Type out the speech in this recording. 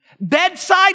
Bedside